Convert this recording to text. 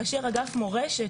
כאשר אגף מורשת,